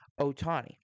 Otani